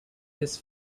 his